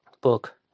book